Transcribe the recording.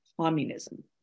communism